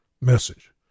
message